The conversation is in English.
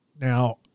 Now